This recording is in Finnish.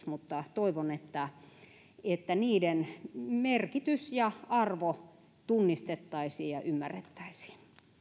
mutta toivon että että niiden merkitys ja arvo tunnistettaisiin ja ymmärrettäisiin